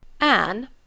Anne